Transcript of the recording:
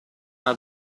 una